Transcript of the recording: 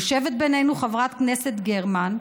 יושבת בינינו חברת הכנסת גרמן.